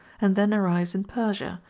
and then arrives in persia,